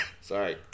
Sorry